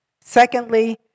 Secondly